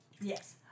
Yes